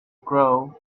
grow